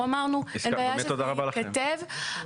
אנחנו אמרנו אין בעיה שזה יתכתב --- באמת תודה רבה לכם.